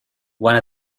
one